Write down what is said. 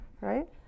right